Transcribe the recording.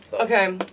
Okay